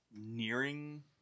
nearing